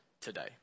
today